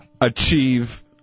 achieve